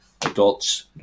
adults